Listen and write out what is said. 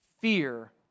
fear